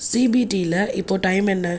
சிபிடியில் இப்போது டைம் என்ன